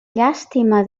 llàstima